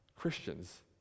Christians